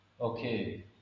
Okay